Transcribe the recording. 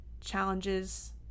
challenges